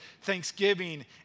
thanksgiving